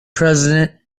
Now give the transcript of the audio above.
president